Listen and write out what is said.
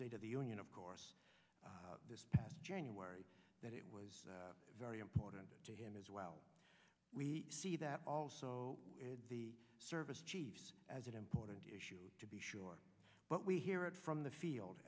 state of the union of course this past january that it was very important to him as well we see that also be service as an important issue to be sure but we hear it from the field